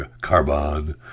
Carbon